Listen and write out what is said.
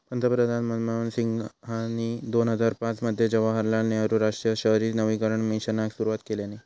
पंतप्रधान मनमोहन सिंहानी दोन हजार पाच मध्ये जवाहरलाल नेहरु राष्ट्रीय शहरी नवीकरण मिशनाक सुरवात केल्यानी